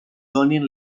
donin